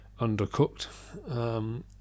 undercooked